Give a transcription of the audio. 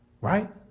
Right